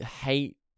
hate